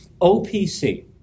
OPC